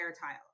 tile